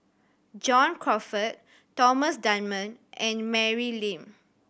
John Crawfurd Thomas Dunman and Mary Lim